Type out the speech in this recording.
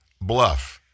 bluff